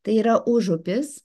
tai yra užupis